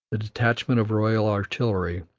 the detachment of royal artillery,